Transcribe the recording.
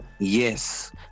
Yes